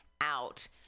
out